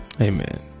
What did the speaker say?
amen